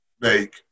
make